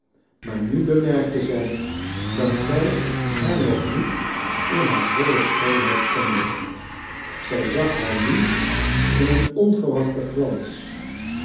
maar nu bemerkte zij dat zij haar nog niet in haar volle schoonheid kende zij zag haar nu in een onverwachten glans